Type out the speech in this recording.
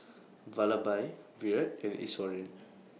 Vallabhbhai Virat and Iswaran